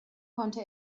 konnte